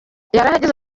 yarahageze